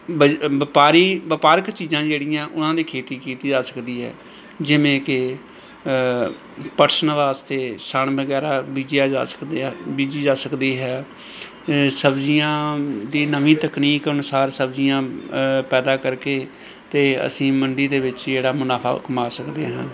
ਬਜ ਵਪਾਰੀ ਵਪਾਰਕ ਚੀਜ਼ਾਂ ਜਿਹੜੀਆਂ ਉਹਨਾਂ ਦੀ ਖੇਤੀ ਕੀਤੀ ਜਾ ਸਕਦੀ ਹੈ ਜਿਵੇਂ ਕਿ ਪਰਸਨ ਵਾਸਤੇ ਸਣ ਵਗੈਰਾ ਬੀਜਿਆ ਜਾ ਸਕਦੇ ਆ ਬੀਜੀ ਜਾ ਸਕਦੀ ਹੈ ਸਬਜ਼ੀਆਂ ਦੀ ਨਵੀਂ ਤਕਨੀਕ ਅਨੁਸਾਰ ਸਬਜ਼ੀਆਂ ਪੈਦਾ ਕਰਕੇ ਅਤੇ ਅਸੀਂ ਮੰਡੀ ਦੇ ਵਿੱਚ ਜਿਹੜਾ ਮੁਨਾਫਾ ਕਮਾ ਸਕਦੇ ਹਾਂ